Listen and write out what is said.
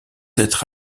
être